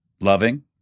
loving